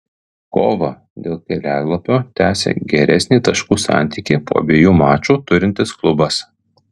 kovą dėl kelialapio tęsia geresnį taškų santykį po abiejų mačų turintis klubas